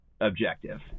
objective